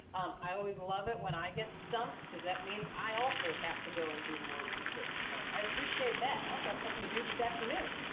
i always love it when i get stumped cause that means i also have to go and do more research so i appreciate that. now i've got something to do this afternoon.